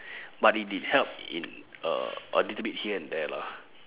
but it did help in uh a little bit here and there lah